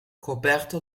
coperto